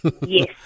Yes